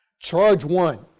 charge one,